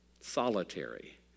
Solitary